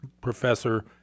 professor